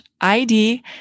ID